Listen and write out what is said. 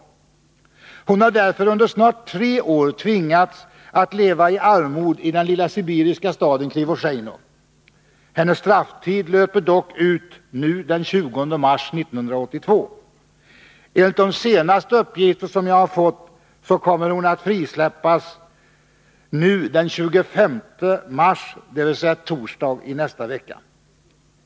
Ida Nudel har därför under snart tre år tvingats att leva i armod i den lilla sibiriska staden Krivosheino. Hennes strafftid löper dock ut nu den 20 mars 1982. Enligt de senaste uppgifter som jag har fått kommer hon att frisläppas den 25 mars, dvs. torsdag i nästa vecka.